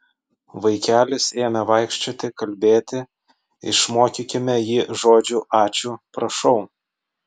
vaikelis ėmė vaikščioti kalbėti išmokykime jį žodžių ačiū prašau